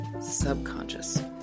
subconscious